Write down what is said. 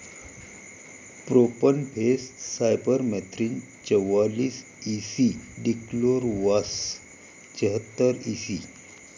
profenofos cypermethrin चौवालीस E C dichlorvos चेहतार EC